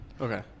Okay